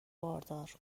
باردار